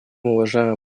уважаемый